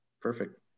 Perfect